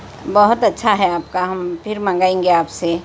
بہت اچّھا ہے آپ كا ہم پھر منگائیں گے آپ سے